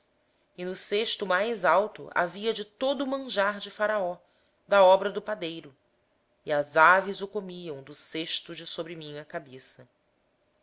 e no cesto mais alto havia para faraó manjares de todas as qualidades que fazem os padeiros e as aves os comiam do cesto que estava sobre a minha cabeça